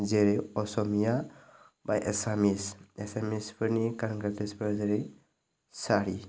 जेरै असमिया बा एसामिस एसामिसफोरनि गानग्रा द्रेसफोर जेरै सारि